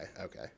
okay